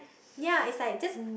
ya it's like just